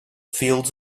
fields